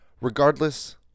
Regardless